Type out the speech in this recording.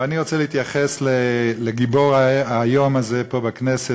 ואני רוצה להתייחס לגיבור היום הזה פה בכנסת,